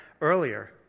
earlier